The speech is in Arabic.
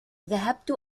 ذهبت